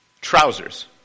Trousers